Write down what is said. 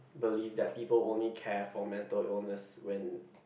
believe that people only care for mental illness when